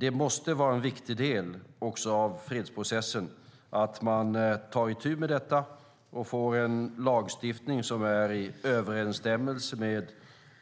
Det måste vara en viktig del också av fredsprocessen att man tar itu med detta och får en lagstiftning som är i överensstämmelse med